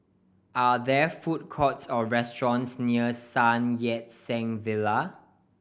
are there food courts or restaurants near Sun Yat Sen Villa